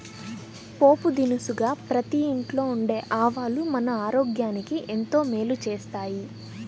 పోపు దినుసుగా ప్రతి ఇంట్లో ఉండే ఆవాలు మన ఆరోగ్యానికి ఎంతో మేలు చేస్తాయి